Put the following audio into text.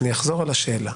אני אחזור על השאלה.